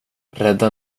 rädda